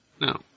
No